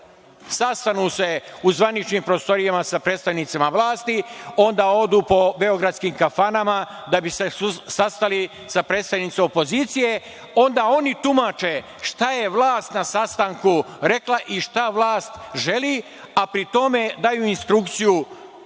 Sastanu se u zvaničnim prostorijama sa predstavnicima vlasti, onda odu po beogradskim kafanama da bi se sastali sa predstavnicima opozicije. Onda oni tumače šta je vlast na sastanku rekla i šta vlast želi, a pri tome daju instrukciju,